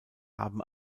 haben